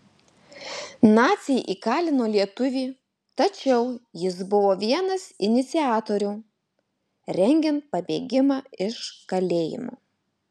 naciai įkalino lietuvį tačiau jis buvo vienas iniciatorių rengiant pabėgimą iš kalėjimo